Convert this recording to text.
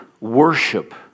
worship